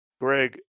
Greg